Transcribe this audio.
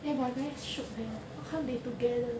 eh but very shiok leh how come they together